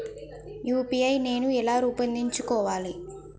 UPI నేను ఎలా రూపొందించుకోవాలి?